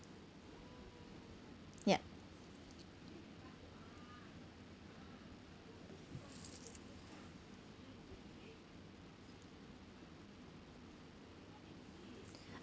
yup